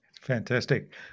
fantastic